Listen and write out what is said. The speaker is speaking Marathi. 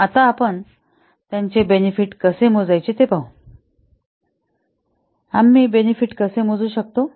तर आता आपण त्यांचे बेनेफिट कसे मोजायचे ते पाहू आम्ही बेनेफिट कसे मोजू शकतो